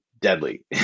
deadly